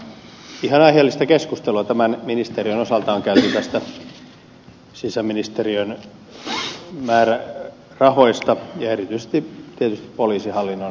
mutta ihan aiheellista keskustelua tämän ministeriön osalta on käyty sisäministeriön määrärahoista ja erityisesti tietysti poliisihallinnon kysymyksistä